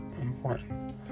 important